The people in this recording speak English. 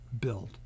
build